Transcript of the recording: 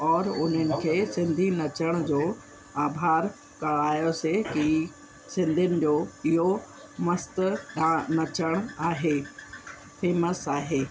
और उन्हनि खे सिंधी नचण जो आभार करायोसीं कि सिंधियुनि जो इहो मस्त दा नचणु आहे फ़ेमस आहे